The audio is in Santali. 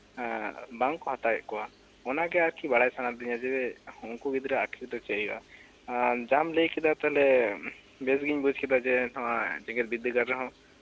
ᱵᱟᱝ ᱠᱚ ᱦᱟᱛᱟᱣᱭᱮᱜ ᱠᱚᱣᱟ ᱚᱱᱟᱜᱮ ᱟᱨᱠᱤ ᱵᱟᱲᱟᱭ ᱥᱟᱱᱟ ᱞᱤᱫᱤᱧᱟ ᱡᱮ ᱩᱱᱠᱩ ᱜᱤᱫᱽᱨᱟᱹ ᱟᱜ ᱟᱸᱠᱷᱤᱨ ᱫᱚ ᱪᱮᱫ ᱦᱩᱭᱩᱜᱼᱟ ᱡᱟᱦᱟᱢ ᱞᱟᱹᱭ ᱠᱮᱫᱟ ᱛᱟᱦᱚᱞᱮ ᱵᱮᱥ ᱜᱤᱧ ᱵᱩᱡ ᱠᱮᱫᱟ ᱡᱮ ᱱᱚᱣᱟ ᱡᱮᱜᱮᱛ ᱵᱤᱨᱫᱟᱹᱜᱟᱲ ᱨᱮᱦᱚᱸ